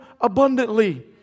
abundantly